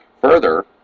Further